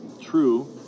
true